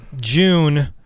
June